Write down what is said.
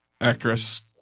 actress